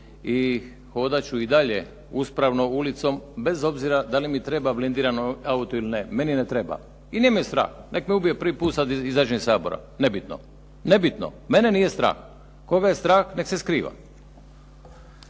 i hodat ću i dalje uspravno ulicom bez obzira da li mi treba blindiran auto ili ne. Meni ne treba. I nije me strah. Neka me ubije prvi put sad kad izađem iz Sabora. Nebitno, mene nije strah. Koga je strah neka se skriva.